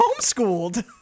homeschooled